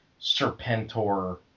Serpentor